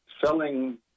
selling